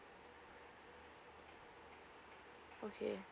okay